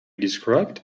described